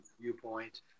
viewpoint